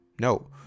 No